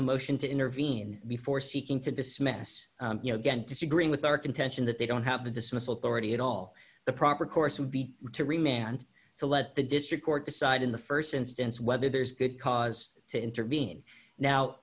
a motion to intervene before seeking to dismiss you know again disagreeing with our contention that they don't have the dismissal already at all the proper course would be to remain and to let the district court decide in the st instance whether there's good cause to intervene now